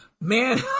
Man